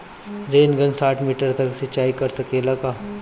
Rain gun साठ metre तक सिचाई कर सकेला का?